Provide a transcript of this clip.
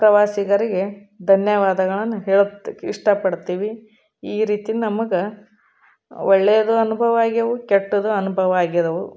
ಪ್ರವಾಸಿಗರಿಗೆ ಧನ್ಯವಾದಗಳನ್ನು ಹೇಳ್ಲಿಕ್ ಇಷ್ಟಪಡ್ತೀವಿ ಈ ರೀತಿ ನಮಗೆ ಒಳ್ಳೆಯದೂ ಅನುಭವ ಆಗ್ಯವೆ ಕೆಟ್ಟದ್ದೂ ಅನುಭವ ಆಗ್ಯದವೆ